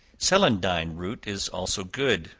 celandine root is also good,